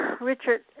Richard